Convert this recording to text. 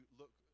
look